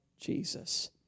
Jesus